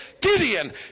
Gideon